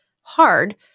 hard